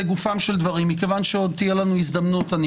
לגופם של דברים: מכיוון שעוד תהיה לנו הזדמנות אני